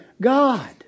God